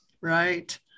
Right